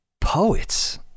poets